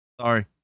Sorry